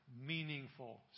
Meaningful